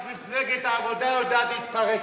רק מפלגת העבודה יודעת להתפרק,